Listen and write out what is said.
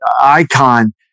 icon